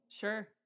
Sure